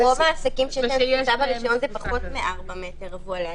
ברוב העסקים --- נמצא ברישיון זה פחות מ-4 מטר רבוע לאדם.